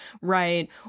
right